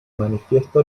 manifiesto